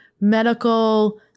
medical